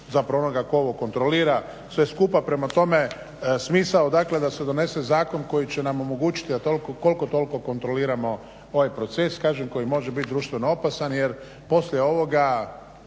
zapravo onoga tko ovo kontrolira sve skupa. Prema tome, smisao je dakle da se donese zakon koji će nam omogućiti da koliko toliko kontroliramo ovaj proces kažem koji može biti društveno opasan jer poslije ovoga